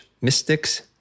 mystics